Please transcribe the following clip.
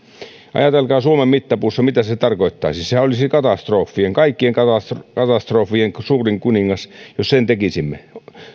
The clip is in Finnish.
ajatelkaa suomen mittapuussa mitä se se tarkoittaisi sehän olisi katastrofi kaikkien katastrofien suurin kuningas jos sen tekisimme